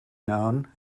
known